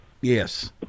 Yes